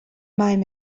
mbeidh